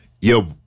Yo